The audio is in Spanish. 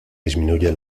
disminuye